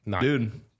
Dude